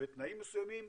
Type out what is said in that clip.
בתנאים מסוימים,